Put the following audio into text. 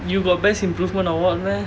you got best improvement award meh